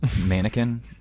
mannequin